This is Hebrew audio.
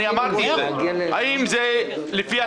אמרתי לה שהיא תעשה את זה בקצרה.